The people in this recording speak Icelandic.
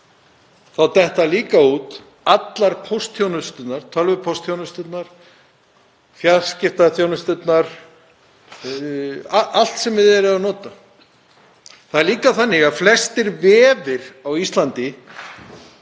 Þá dettur líka út öll póstþjónusta, tölvupóstþjónusta, fjarskiptaþjónusta, allt sem við erum að nota. Það er líka þannig að flestir vefir á Íslandi